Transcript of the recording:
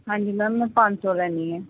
ਹਾਂਜੀ ਮੈਮ ਮੈਂ ਪੰਜ ਸੌ ਲੈਂਦੀ ਹਾਂ